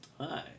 Hi